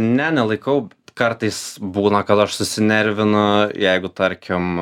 ne nelaikau kartais būna kad aš susinervinu jeigu tarkim